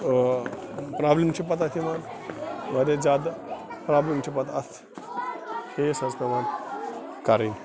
problem چھِ پَتہٕ اَتھ یِوان واریاہ زیادٕ پرٛابلِم چھِ پَتہٕ اَتھ فیس حظ پٮ۪وان کَرٕنۍ